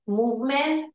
movement